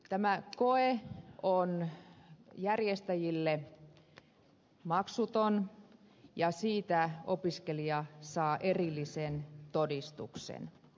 tämä koe on järjestäjille maksuton ja siitä opiskelija saa erillisen todistuksen